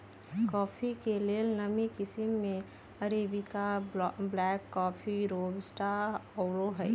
coffee के लेल नामी किशिम में अरेबिका, ब्लैक कॉफ़ी, रोबस्टा आउरो हइ